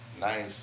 nice